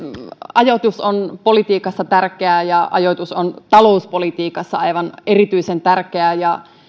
ajoitus on politiikassa tärkeää ja ajoitus on talouspolitiikassa aivan erityisen tärkeää